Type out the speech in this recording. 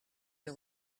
che